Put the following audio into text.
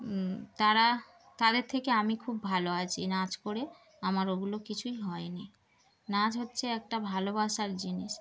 তারা তাদের থেকে আমি খুব ভালো আছি নাচ করে আমার ওগুলো কিছুই হয়নি নাচ হচ্ছে একটা ভালোবাসার জিনিস